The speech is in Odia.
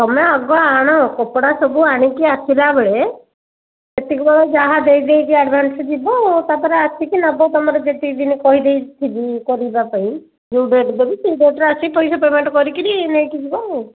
ତୁମେ ଆଗ ଆଣ କପଡ଼ା ସବୁ ଆଣିକି ଆସିଲାବେଳେ ସେତିକିବେଳେ ଯାହା ଦେଇ ଦେଇକି ଆଡ଼ଭାନ୍ସ୍ ଯିବ ତା'ପରେ ଆସିକି ନେବ ତୁମର ଯେତିକି ଦିନ କହି ଦେଇଥିବି କରିବା ପାଇଁ ଯେଉଁ ଡେଟ୍ ଦେବି ସେହି ଡେଟ୍ର ଆସିକି ପଇସା ପେମେଣ୍ଟ୍ କରିକିରି ନେଇକି ଯିବ ଆଉ